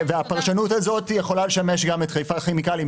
הפרשנות הזו יכולה לשמש גם את חיפה כימיקלים,